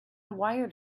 wired